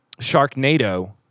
Sharknado